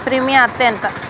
Premium అత్తే ఎంత?